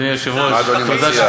הניתוח הצליח, החולה מת.